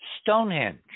Stonehenge